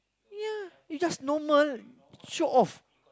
ya you just normal show off